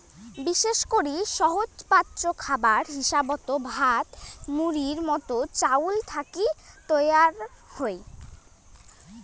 বিশেষ করি সহজপাচ্য খাবার হিসাবত ভাত, মুড়ির মতন চাউল থাকি তৈয়ার হই